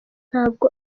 ntabwo